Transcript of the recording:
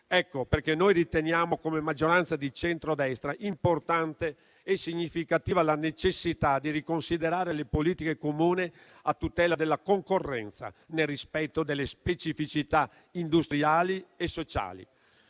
Ecco perché riteniamo, come maggioranza di centrodestra, importante e significativa la necessità di riconsiderare le politiche comuni a tutela della concorrenza, nel rispetto delle specificità industriali e sociali.